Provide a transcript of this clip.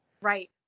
Right